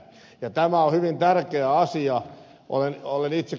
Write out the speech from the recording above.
tämä on hyvin tärkeä asia